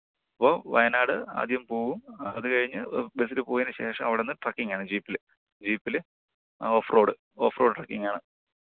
അപ്പോൾ വയനാട് ആദ്യം പോകും അതു കഴിഞ്ഞ് ബസ്സിൽ പോയതിനു ശേഷം അവിടെ നിന്ന് ട്രക്കിങ്ങാണ് ജീപ്പിൽ ജീപ്പിൽ ഓഫ് റോഡ് ഓഫ് റോഡ് ട്രക്കിങ്ങാണ്